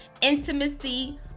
intimacy